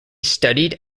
studied